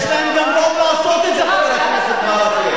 יש להם גם רוב לעשות את זה, חבר הכנסת ברכה.